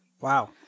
Wow